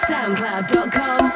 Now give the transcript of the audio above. SoundCloud.com